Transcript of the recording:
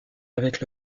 avec